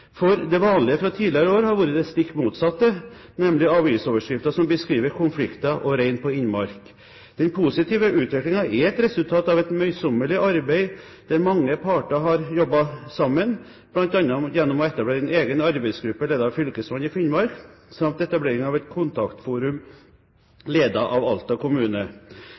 for det vanlige fra tidligere år har vært det stikk motsatte, nemlig avisoverskrifter som beskriver konflikter og rein på innmark. Den positive utviklingen er et resultat av et møysommelig arbeid der mange parter har jobbet sammen, bl.a. gjennom å etablere en egen arbeidsgruppe ledet av fylkesmannen i Finnmark samt etablering av et kontaktforum ledet av Alta kommune.